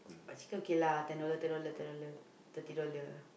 but chicken kay lah ten dollar ten dollar ten dollar thirty dollar ah